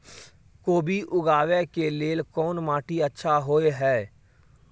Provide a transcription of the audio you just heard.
कोबी उगाबै के लेल कोन माटी अच्छा होय है?